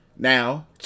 Now